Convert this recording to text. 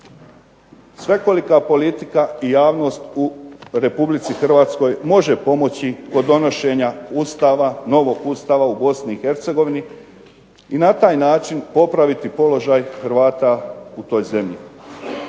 svekolika politika i javnost u Republici Hrvatskoj može pomoći kod donošenja Ustava, novog Ustava u Bosni i Hercegovini i na taj način popraviti položaj Hrvata u toj zemlji.